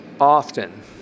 often